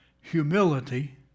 humility